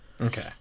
okay